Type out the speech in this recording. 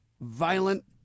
violent